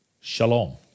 Shalom